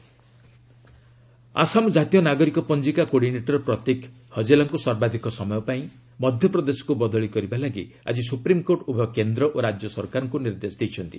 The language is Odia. ଏସ୍ସି ଏନ୍ଆର୍ସି କୋଡିନେଟର ଆସାମ ଜାତୀୟ ନାଗରିକ ପଞ୍ଜିକା କୋଡିନେଟର ପ୍ରତୀକ୍ ହାଜେଲାଙ୍କୁ ସର୍ବାଧିକ ସମୟ ପାଇଁ ମଧ୍ୟପ୍ରଦେଶକୁ ବଦଳି କରିବାକୁ ଆଜି ସୁପ୍ରିମ୍କୋର୍ଟ ଉଭୟ କେନ୍ଦ୍ର ଓ ରାଜ୍ୟ ସରକାରଙ୍କୁ ନିର୍ଦ୍ଦେଶ ଦେଇଛନ୍ତି